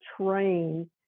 train